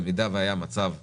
במידה והיה מצב דומה,